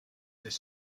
this